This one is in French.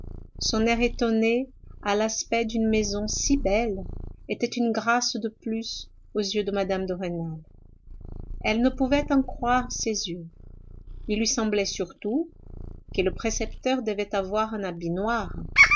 son air étonné à l'aspect d'une maison si belle était une grâce de plus aux yeux de mme de rênal elle ne pouvait en croire ses yeux il lui semblait surtout que le précepteur devait avoir un habit noir